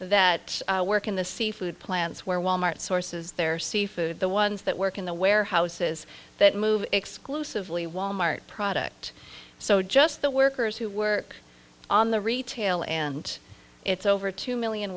that work in the seafood plants where wal mart sources their seafood the ones that work in the warehouses that move exclusively wal mart product so just the workers who work on the retail and it's over two million